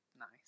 nice